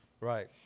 Right